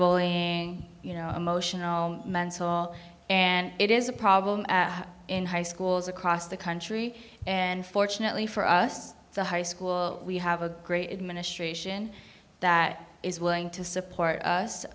bullying emotional mental and it is a problem in high schools across the country and fortunately for us the high school we have a great administration that is willing to support us